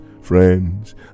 friends